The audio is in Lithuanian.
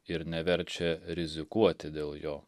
ir neverčia rizikuoti dėl jo